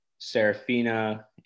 Serafina